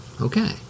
Okay